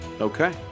Okay